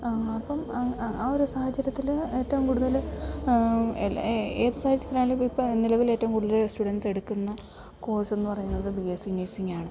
അപ്പം ആ ഒരു സാഹചര്യത്തിൽ ഏറ്റവും കൂടുതൽ ഏത് സാഹചര്യത്തിലാണേലും ഇപ്പം നിലവിൽ ഏറ്റവും കൂടുതൽ സ്റ്റുഡൻസ് എടുക്കുന്ന കോഴ്സ്ന്ന് പറയുന്നത് ബി എസ് സി നഴ്സിംങ്ങാന്